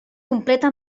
completa